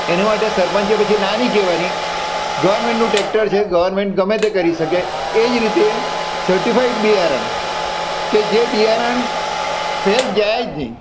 એની માટે સરપંચે પછી ના નહીં કહેવાની ગવર્મેન્ટનું ટેક્ટર છે ગવર્મેન્ટ ગમે તે કરી શકે એ જ રીતે સર્ટિફાઇડ બિયારણ કે જે બિયારણ ફેલ જાય જ નહીં